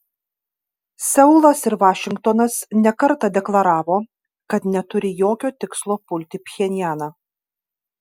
seulas ir vašingtonas ne kartą deklaravo kad neturi jokio tikslo pulti pchenjaną